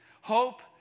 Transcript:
Hope